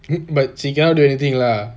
but she cannot do anything lah